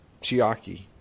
Chiaki